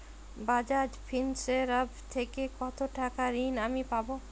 Bajaj Finserv থেকে কতো টাকা ঋণ আমি পাবো?